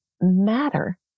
matter